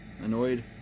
annoyed